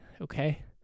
okay